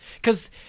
because-